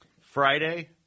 Friday